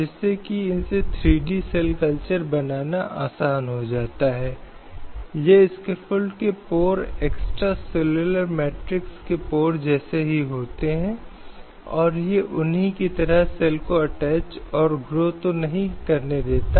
इसलिए यह राज्य का प्रयास होगा कि सरकार के कामकाज की प्रक्रिया में इन मूल्यों या विचारों को महसूस किया जाए